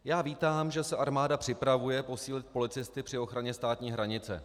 Já vítám, že se armáda připravuje posílit policisty při ochraně státní hranice.